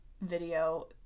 video